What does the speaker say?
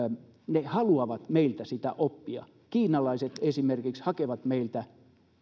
siellä he haluavat meiltä sitä oppia kiinalaiset esimerkiksi hakevat meiltä